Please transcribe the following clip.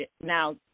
Now